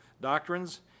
doctrines